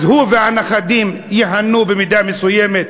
אז הוא והנכדים ייהנו במידה מסוימת,